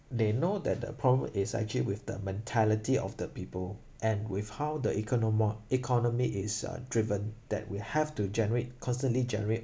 they know that the problem is actually with the mentality of the people and with how the economa~ economy is uh driven that we have to generate constantly generate